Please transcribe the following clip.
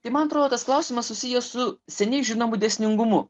tai man atrodo tas klausimas susijęs su seniai žinomu dėsningumu